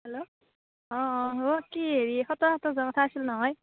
hello অঁ অঁ অ' কি এই সতৰা সত্ৰ যোৱাৰ কথা আছিল নহয়